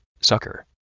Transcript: Sucker